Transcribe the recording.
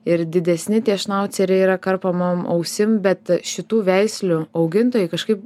ir didesni tie šnauceriai yra karpomom ausim bet šitų veislių augintojai kažkaip